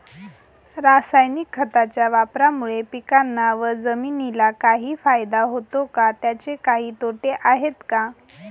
रासायनिक खताच्या वापरामुळे पिकांना व जमिनीला काही फायदा होतो का? त्याचे काही तोटे आहेत का?